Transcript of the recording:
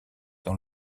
dans